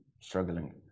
struggling